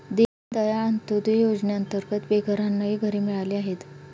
दीनदयाळ अंत्योदय योजनेअंतर्गत बेघरांनाही घरे मिळाली आहेत